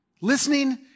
Listening